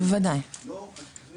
לא יקרה